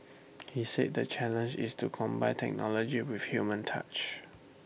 he said the challenge is to combine technology with human touch